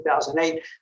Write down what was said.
2008